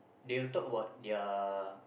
they will talk about their